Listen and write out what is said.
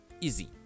Easy